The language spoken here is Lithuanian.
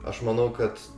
aš manau kad